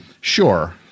Sure